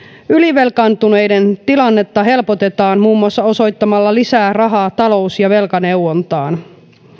ylivelkaantuneiden tilannetta helpotetaan muun muassa osoittamalla lisää rahaa talous ja velkaneuvontaan